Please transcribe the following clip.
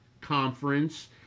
conference